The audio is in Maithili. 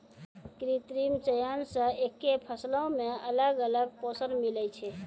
कृत्रिम चयन से एक्के फसलो मे अलग अलग पोषण मिलै छै